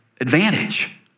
advantage